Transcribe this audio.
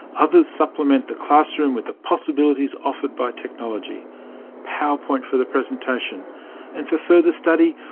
others supplement the classroom with the possibilities offered by technology powerpoint for the presentation and, for further study,